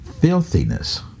filthiness